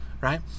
right